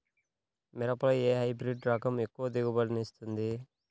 మిరపలో ఏ హైబ్రిడ్ రకం ఎక్కువ దిగుబడిని ఇస్తుంది?